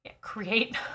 create